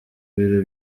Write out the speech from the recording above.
biro